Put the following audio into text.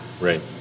right